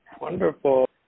Wonderful